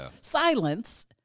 Silence